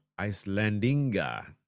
Icelandinga